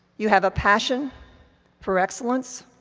you have a passion for excellence,